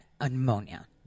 pneumonia